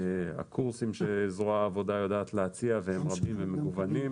הקורסים שזרוע העבודה יודעת להציע הם רבים ומגוונים.